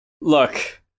Look